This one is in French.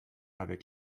avec